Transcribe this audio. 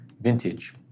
vintage